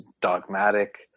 dogmatic